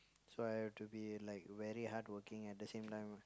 so I have to be like very hardworking at the same time ah